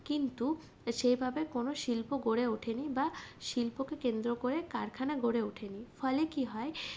কিন্তু সেই ভাবে কোনো শিল্প গড়ে ওঠেনি বা শিল্পকে কেন্দ্র করে কারখানা গড়ে ওঠেনি ফলে কী হয়